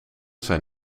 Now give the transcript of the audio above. zijn